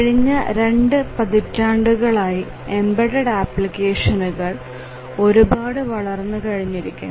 കഴിഞ്ഞ രണ്ട് പതിറ്റാണ്ടുകളായി എംബഡഡ് ആപ്ലിക്കേഷനുകൾ ഒരുപാട് വളർന്നു കഴിഞ്ഞിരിക്കുന്നു